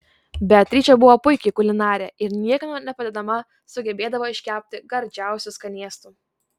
beatričė buvo puiki kulinarė ir niekieno nepadedama sugebėdavo iškepti gardžiausių skanėstų